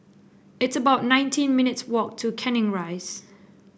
it's about nineteen minutes' walk to Canning Rise